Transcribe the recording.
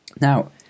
now